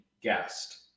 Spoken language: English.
guest